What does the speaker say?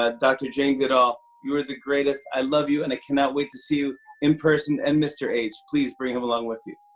ah dr jane goodall, you're the greatest. i love you and i cannot wait to see you in person, and mr h. please bring him along with you.